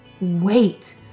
wait